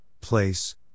place